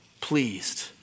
pleased